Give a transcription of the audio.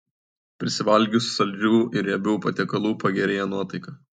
prisivalgius saldžių ir riebių patiekalų pagerėja nuotaika